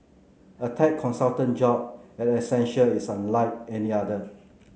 a tech consultant job at Accenture is unlike any other